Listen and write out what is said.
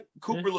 Cooper